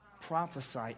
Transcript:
prophesy